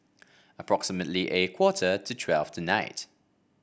approximately a quarter to twelve tonight